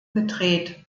gedreht